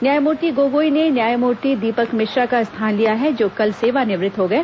न्यायमूर्ति गोगोई ने न्यायमूर्ति दीपक मिश्रा का स्थान लिया है जो कल सेवानिवृत हो गए